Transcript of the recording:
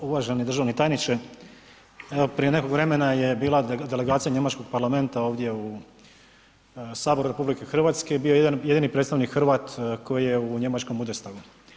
Uvaženi državni tajniče evo prije nekog vremena je bila delegacija Njemačkog parlamenta ovdje u saboru RH, bio je jedan jedini predstavnik Hrvat koji je u Njemačkom Bundestagu.